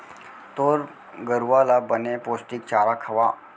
तोर गरूवा ल बने पोस्टिक चारा खवा